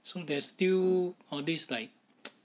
so there's still all this like